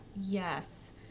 Yes